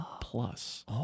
Plus